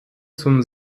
zum